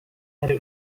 hari